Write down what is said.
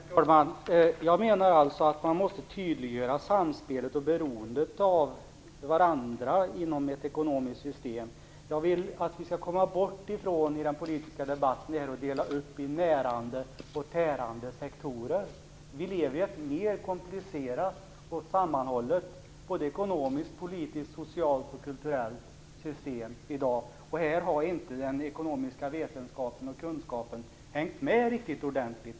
Herr talman! Jag menar alltså att man måste tydliggöra samspelet mellan och beroendet av varandra inom ett ekonomiskt system. Jag vill att vi i den politiska debatten skall komma bort ifrån att dela upp i närande och tärande sektorer. Vi lever i ett mer komplicerat och sammanhållet ekonomiskt, politiskt, socialt och kulturellt system i dag. Här har inte den ekonomiska vetenskapen och kunskapen hängt med riktigt ordentligt.